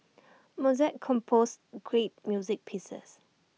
Mozart composed great music pieces